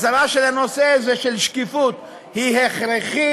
הסדרה של הנושא הזה, של שקיפות, היא הכרחית.